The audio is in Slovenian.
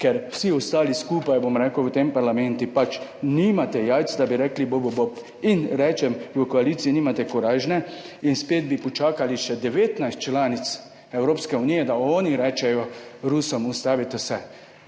ker vsi ostali skupaj, bom rekel, v tem parlamentu pač nimate jajc, da bi rekli bobu bob. In rečem v koaliciji nimate korajže in spet bi počakali še 19 članic Evropske unije, da oni rečejo Rusom, ustavite se.